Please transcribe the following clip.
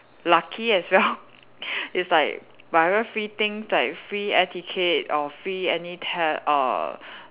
lucky as well it's like whatever free things like free air ticket or free any tab err